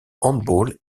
handball